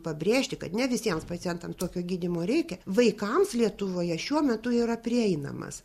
pabrėžti kad ne visiems pacientams tokio gydymo reikia vaikams lietuvoje šiuo metu yra prieinamas